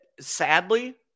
sadly